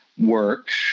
works